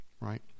right